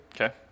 Okay